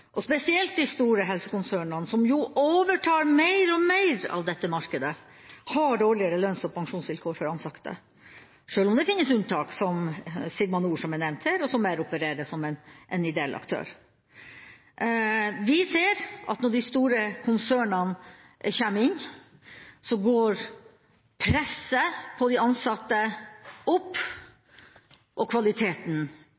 spesielt de store helsekonsernene, som jo overtar mer og mer av dette markedet, har dårligere lønns- og pensjonsvilkår for de ansatte, selv om det finnes unntak, som Sigma Nord, som er nevnt her, som opererer som en ideell aktør. Vi ser at når de store konsernene kommer inn, går presset på de ansatte